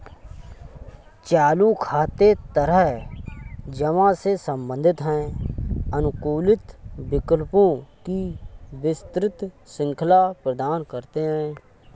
चालू खाते तरल जमा से संबंधित हैं, अनुकूलित विकल्पों की विस्तृत श्रृंखला प्रदान करते हैं